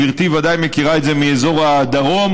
גברתי בוודאי מכירה את זה מאזור הדרום.